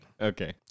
Okay